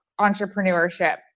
entrepreneurship